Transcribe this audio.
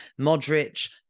Modric